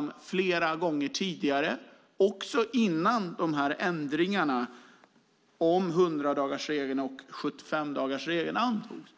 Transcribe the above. vi flera gånger tidigare lyft fram, också innan ändringarna när det gäller 100-dagarsregeln och 75-dagarsregeln antogs.